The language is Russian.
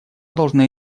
должна